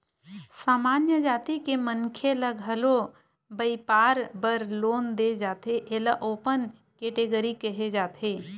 सामान्य जाति के मनखे ल घलो बइपार बर लोन दे जाथे एला ओपन केटेगरी केहे जाथे